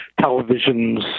television's